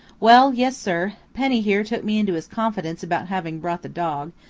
well, yes, sir penny here took me into his confidence about having brought the dog,